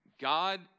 God